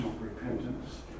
repentance